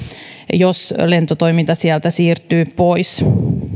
jos lentotoiminta sieltä siirtyy pois